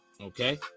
Okay